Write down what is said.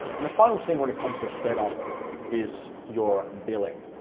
then the fun thing when it comes to setup is your billing.